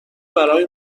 برای